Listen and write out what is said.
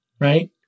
Right